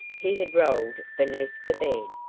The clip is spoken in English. he had rolled beneath the bed.